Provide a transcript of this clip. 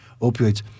opioids